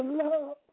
love